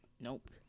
Nope